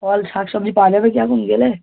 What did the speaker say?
ফল শাকসবজি পাওয়া যাবে কি এখন গেলে